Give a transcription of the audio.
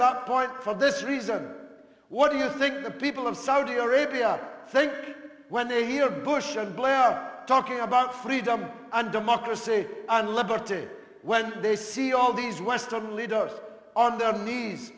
duck point for this reason what do you think the people of saudi arabia think when they hear bush and blair talking about freedom and democracy and liberty when they see all these western leaders on their knees